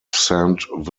saint